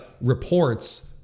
reports